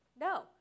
No